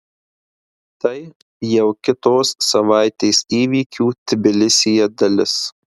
tai jau kitos savaitės įvykių tbilisyje dalis